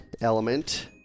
element